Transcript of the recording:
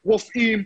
רופאים,